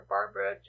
Barbara